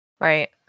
Right